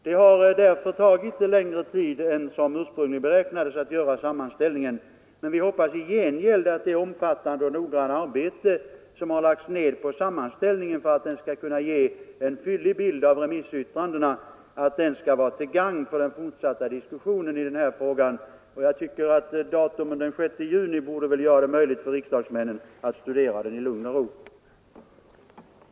Det har därför tagit längre tid än som ursprungligen beräknades att göra sammanställningen, men vi hoppas i gengäld att det omfattande och noggranna arbete som lagts ned på sammanställningen för att den skall kunna ge en fyllig bild av remissyttrandena skall vara till gagn för den fortsatta diskussionen i den här frågan. Jag tycker att datumet den 6 juni borde göra det möjligt för riksdagsmännen att studera sammanställningen ilugn och ro.